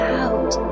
out